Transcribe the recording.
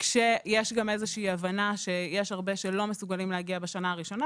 כאשר יש גם איזושהי הבנה שיש הרבה שלא מסוגלים להגיע בשנה הראשונה,